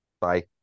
Bye